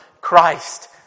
Christ